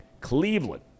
Cleveland